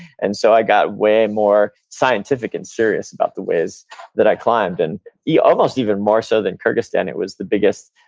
and so i got way more scientific and serious about the ways that i climbed. and yeah almost even more so than kurdistan, it was the biggest